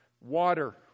Water